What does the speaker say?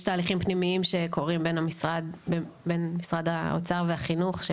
תהליכים פנימיים שקורים בין משרד האוצר והחינוך.